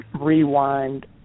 rewind